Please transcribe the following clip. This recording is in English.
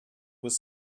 was